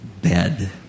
bed